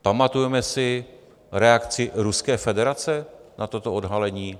Pamatujeme si reakci Ruské federace na toto odhalení?